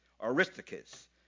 Aristarchus